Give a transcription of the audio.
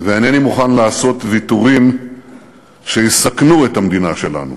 ואינני מוכן לעשות ויתורים שיסכנו את המדינה שלנו.